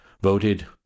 voted